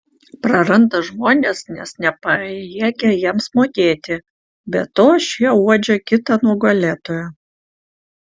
praranda žmones nes nepajėgia jiems mokėti be to šie uodžia kitą nugalėtoją